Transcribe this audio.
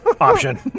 option